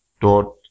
dot